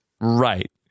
Right